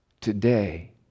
Today